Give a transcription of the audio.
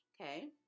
Okay